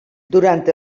durant